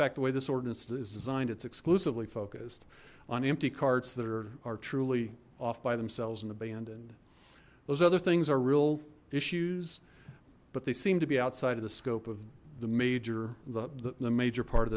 fact the way this ordinance is designed it's exclusively focused on empty carts that are truly off by themselves and abandoned those other things are real issues but they seem to be outside of the scope of the major the major part of